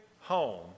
home